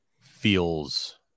feels